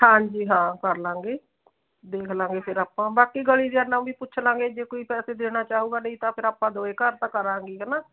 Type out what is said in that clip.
ਹਾਂਜੀ ਹਾਂ ਕਰ ਲਾਂਗੇ ਦੇਖ ਲਾਂਗੇ ਫਿਰ ਆਪਾਂ ਬਾਕੀ ਗਲੀ ਦੇ ਨਾਲ ਵੀ ਪੁੱਛ ਲਾਂਗੇ ਜੇ ਕੋਈ ਪੈਸੇ ਦੇਣਾ ਚਾਹੂਗਾ ਨਹੀਂ ਤਾਂ ਫਿਰ ਆਪਾਂ ਦੋਏ ਘਰ ਤਾਂ ਕਰਾਂਗੇ ਹੀ ਹੈ ਨਾ